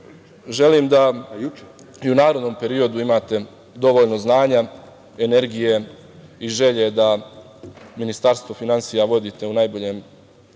da i u narednom periodu imate dovoljno znanja, energije i želje da Ministarstvo finansija vodite na najbolji